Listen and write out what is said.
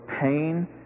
pain